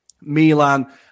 Milan